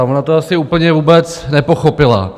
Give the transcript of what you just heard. Ona to asi úplně vůbec nepochopila.